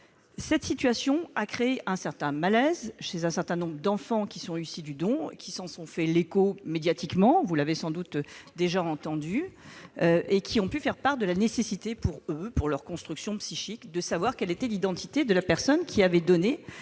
Cette situation a créé un malaise chez un certain nombre d'enfants issus du don, qui s'en sont fait l'écho médiatiquement- vous les avez sans doute déjà entendus -et qui ont fait part de la nécessité pour eux, pour leur construction psychique, de connaître l'identité de la personne qui avait donné